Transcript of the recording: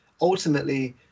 ultimately